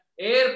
air